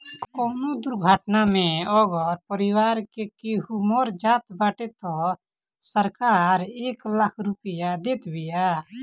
कवनो दुर्घटना में अगर परिवार के केहू मर जात बाटे तअ सरकार एक लाख रुपिया देत बिया